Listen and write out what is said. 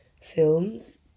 films